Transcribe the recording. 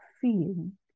feeling